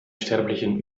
sterblichen